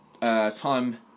Time